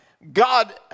God